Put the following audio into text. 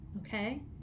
Okay